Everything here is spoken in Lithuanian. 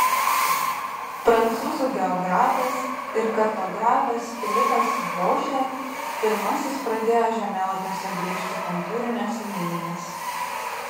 prancūzų geografas ir kartografas filipas bošė pirmasis pradėjo žemėlapiuose brėžti kontūrines linijas